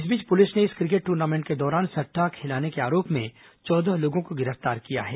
इस बीच पुलिस ने इस क्रिकेट टूर्नामेंट के दौरान सट्टा खेलाने के आरोप में चौदह लोगों को गिरफ्तार किया है